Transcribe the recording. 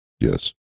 Yes